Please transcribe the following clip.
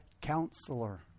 counselor